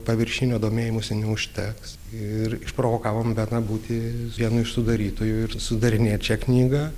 paviršinio domėjimosi neužteks ir išprovokavom beną būti vienu iš sudarytojų ir sudarinėt šią knygą